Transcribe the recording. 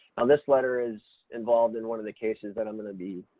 um this letter is involved in one of the cases that i'm going to be,